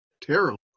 terrible